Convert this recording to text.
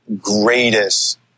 greatest